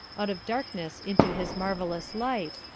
out of darkness into his marvellous light,